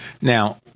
now